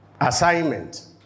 assignment